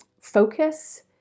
focus